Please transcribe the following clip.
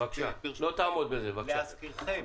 להזכירכם,